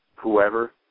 whoever